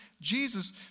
Jesus